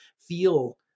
feel